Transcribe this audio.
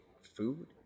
food